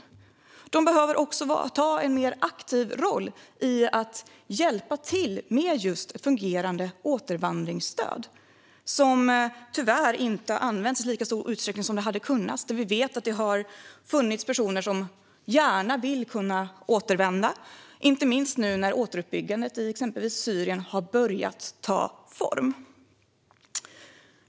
Migrationsverket behöver också ta en mer aktiv roll i att hjälpa till med just fungerande återvandringsstöd, som tyvärr inte används i lika stor utsträckning som hade varit möjligt. Vi vet att det har funnits personer som gärna vill kunna återvända, inte minst nu när återuppbyggandet i exempelvis Syrien har börjat ta form.